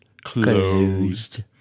closed